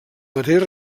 mateix